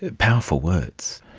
powerful words.